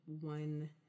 one